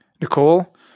Nicole